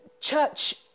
church